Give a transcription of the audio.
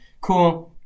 cool